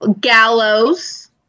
Gallows